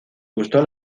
gustó